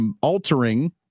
altering